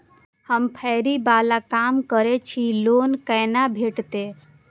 हम फैरी बाला काम करै छी लोन कैना भेटते?